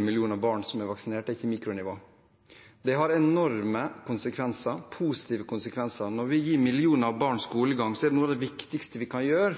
millioner barn som er vaksinert, er ikke mikronivå. Det har enorme konsekvenser, positive konsekvenser. Og når vi gir millioner av barn skolegang, er det noe av det viktigste vi gjør,